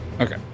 Okay